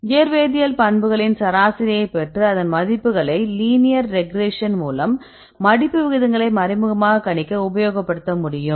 இயற்வேதியியல் பண்புகளின் சராசரியைப் பெற்று அதன் மதிப்புகளை லீனியர் ரெக்ரேஷன் மூலம் மடிப்பு விகிதங்களை மறைமுகமாக கணிக்க உபயோகப்படுத்த முடியும்